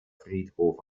friedhof